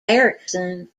eriksson